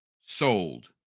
sold